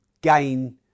gain